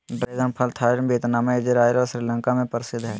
dragon फल Thailand Vietnam, Israel और श्रीलंका में प्रसिद्ध हइ